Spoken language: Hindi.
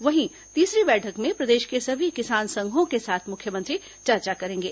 वहीं तीसरी बैठक में प्रदेश के सभी किसान संघों के साथ मुख्यमंत्री चर्चा करेंगे